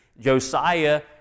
Josiah